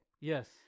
Yes